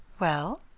Well